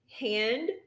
hand